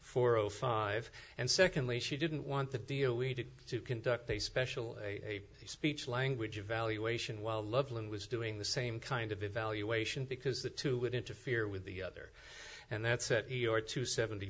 zero five and secondly she didn't want the deal we needed to conduct a special a speech language evaluation while loveland was doing the same kind of evaluation because the two would interfere with the other and that set your two seventy